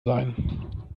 sein